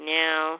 now